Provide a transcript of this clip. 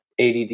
ADD